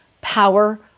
power